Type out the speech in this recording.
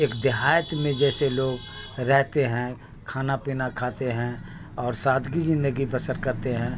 ایک دیہات میں جیسے لوگ رہتے ہیں کھانا پینا کھاتے ہیں اور سادگی زندگی بسر کرتے ہیں